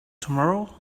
tomorrow